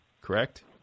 correct